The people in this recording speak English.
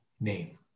name